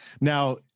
Now